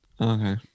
Okay